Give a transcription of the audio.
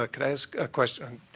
ah ask a question?